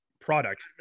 product